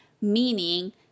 meaning